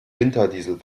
winterdiesel